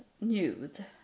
nude